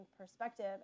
perspective